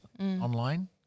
online